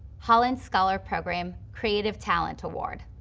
holland scholar program, creative talent award.